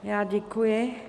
Já děkuji.